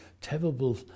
terrible